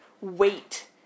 wait